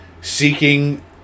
seeking